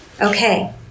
Okay